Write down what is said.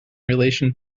relation